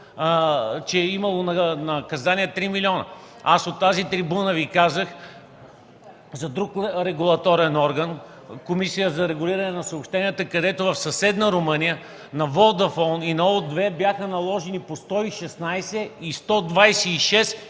че имало наказание 3 милиона. От тази трибуна Ви казах за друг регулаторен орган – Комисията за регулиране на съобщенията. В съседна Румъния на „Водафон” и „Ориндж” бяха наложени по 116 и 126